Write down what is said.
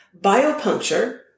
biopuncture